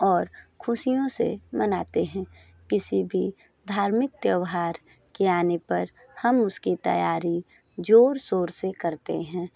और खुशियों से मनाते हैं किसी भी धार्मिक त्यौहार के आने पर हम उसकी तैयारी जोड़ सोर से करते हैं